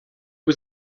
was